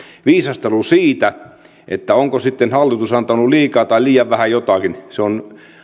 viisastelu siitä onko sitten hallitus antanut liikaa tai liian vähän jotakin on